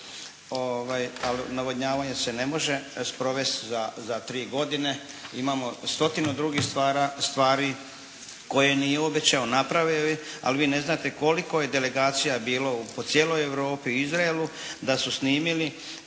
navodnjavanje se ne može sprovesti za tri godine. Imamo stotinu drugih stvari koje nije obećao, napravio ih je ali vi ne znate koliko je delegacija bilo po cijeloj Europi i Izraelu da su snimili